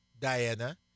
Diana